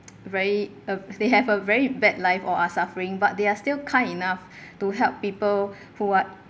very uh they have a very bad life or are suffering but they are still kind enough to help people who are